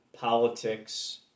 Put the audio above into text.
politics